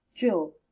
jill.